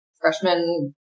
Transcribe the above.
freshman